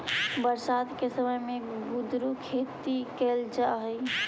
बरसात के समय में कुंदरू के खेती कैल जा हइ